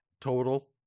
total